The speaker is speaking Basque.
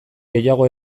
gehiago